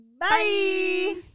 bye